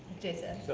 jason.